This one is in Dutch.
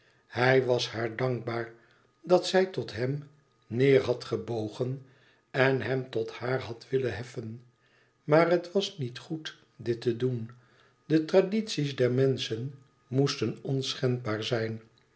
hij was haar dankbaar dat zij tot hem neêr had gebogen en hem tot haar had willen heffen maar het was niet goed dit te doen de tradities der menschen moesten onschendbaar zijn